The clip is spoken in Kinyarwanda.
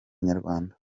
inyarwanda